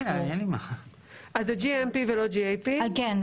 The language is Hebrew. אם כן, זה GMP לא GAP. כן.